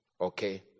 Okay